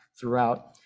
throughout